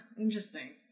interesting